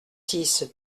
six